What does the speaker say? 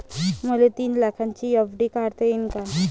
मले तीन लाखाची एफ.डी काढता येईन का?